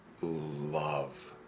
love